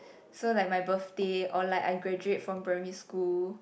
so like my birthday or like I graduate from primary school